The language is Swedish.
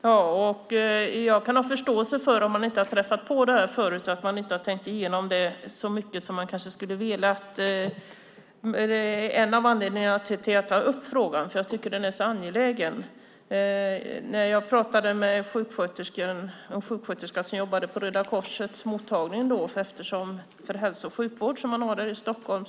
Herr talman! Jag kan ha förståelse för att man, om man inte har träffat på detta förut, inte har tänkt igenom det så mycket som man kanske skulle ha velat. Det är en av anledningarna till att jag tar upp frågan, eftersom jag tycker att den är så angelägen. Jag talade med en sjuksköterska som jobbade på Röda Korsets mottagning för hälso och sjukvård i Stockholm.